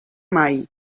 mai